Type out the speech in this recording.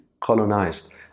colonized